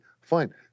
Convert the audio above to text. fine